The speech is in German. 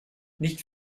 nicht